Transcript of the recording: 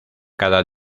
cada